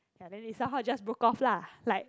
ya then they somehow just broke off lah like